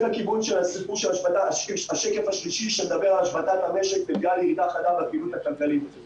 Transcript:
לראש הממשלה תוכנית חדשה שתיתן מענה לנושא הזה.